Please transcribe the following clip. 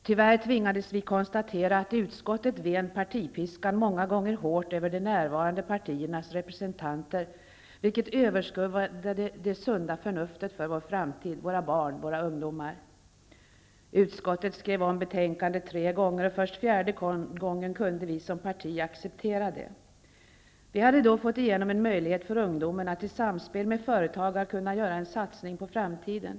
Tyvärr tvingades vi konstatera att partipiskan många gånger ven hårt i utskottet över de närvarande partiernas representanter, vilket överskuggade det sunda förnuftet för vår framtid -- våra barn och ungdomar. Utskottet skrev om betänkandet tre gånger, och först den fjärde gången kunde vi som parti acceptera det. Vi hade då fått igenom en möjlighet för ungdomen att i samspel med företagare kunna göra en satsning på framtiden.